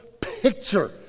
picture